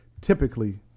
typically